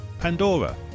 Pandora